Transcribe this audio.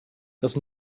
das